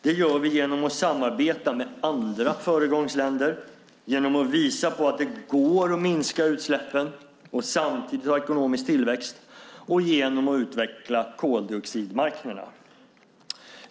Det gör vi genom att samarbeta med andra föregångsländer, genom att visa på att det går att minska utsläppen och samtidigt ha ekonomisk tillväxt och genom att utveckla koldioxidmarknaderna.